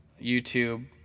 YouTube